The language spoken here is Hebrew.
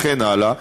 וכן הלאה.